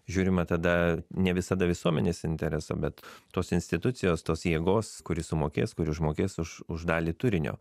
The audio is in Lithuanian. žiūrime tada ne visada visuomenės interesą bet tos institucijos tos jėgos kuri sumokės kuri užmokės už už dalį turinio